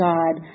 God